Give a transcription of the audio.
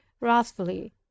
wrathfully